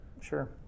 sure